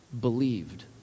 believed